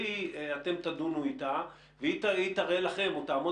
אתם תדונו אתה והיא תראה לכם או תעמוד